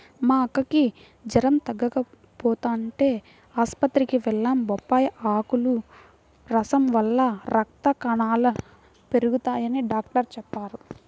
మా అక్కకి జెరం తగ్గకపోతంటే ఆస్పత్రికి వెళ్లాం, బొప్పాయ్ ఆకుల రసం వల్ల రక్త కణాలు పెరగతయ్యని డాక్టరు చెప్పారు